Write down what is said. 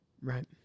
Right